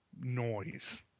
noise